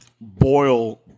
boil